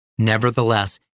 Nevertheless